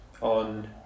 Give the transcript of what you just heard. on